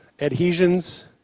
Adhesions